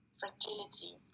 fragility